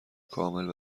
کامل